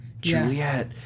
Juliet